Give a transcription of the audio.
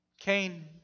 Cain